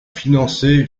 financer